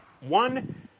one